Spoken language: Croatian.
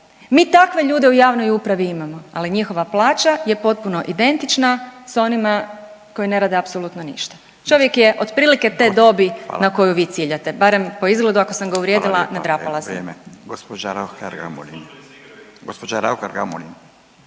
Mi takve ljude u javnoj upravi imamo, ali njihova plaća je potpuno identična sa onima koji ne rade apsolutno ništa. čovjek je otprilike te dobi na …/Upadica Radin: Hvala./… koju vi ciljate, barem po izgledu. Ako sam ga …/Upadica Radin: Hvala